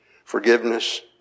Forgiveness